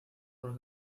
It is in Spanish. por